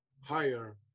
higher